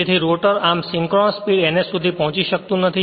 તેથી રોટર આમ synchronous speed ns સુધી પહોંચી શકતું નથી